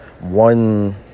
One